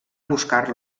buscar